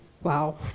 Wow